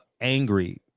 angry